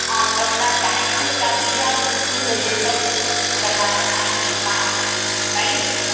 आप अपना टाइम भी बता दीजिए आप कितनी बजे तक करवाने आएंगे पाँच जने राइट